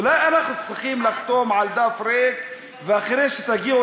אולי אנחנו צריכים לחתום על דף ריק ואחרי שתגיעו